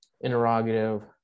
Interrogative